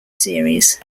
series